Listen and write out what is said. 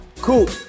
Cool